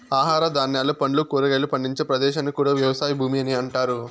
ఆహార ధాన్యాలు, పండ్లు, కూరగాయలు పండించే ప్రదేశాన్ని కూడా వ్యవసాయ భూమి అని అంటారు